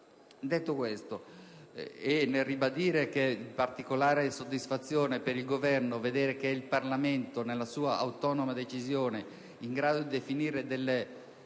Detto questo, nel ribadire che è di particolare soddisfazione per il Governo constatare che il Parlamento nella sua autonoma decisione è in grado di definire delle